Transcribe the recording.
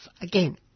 again